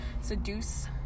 seduce